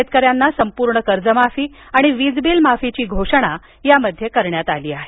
शेतकऱ्यांना संपूर्ण कर्जमाफी आणि वीजबिलमाफीची घोषणा यामध्ये करण्यात आली आहे